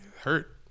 Hurt